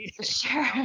sure